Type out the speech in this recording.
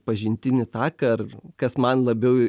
pažintinį taką ar kas man labiau